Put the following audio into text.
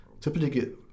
typically